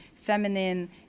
feminine